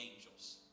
angels